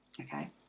okay